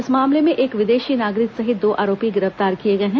इस मामले में एक विदेशी नागरिक सहित दो आरोपी गिरफ्तार किए गए हैं